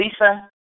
Lisa